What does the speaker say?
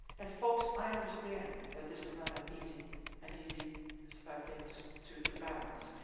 and folks, i understand that this is not an easy an easy thing to to to balance.